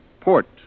Port